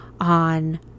on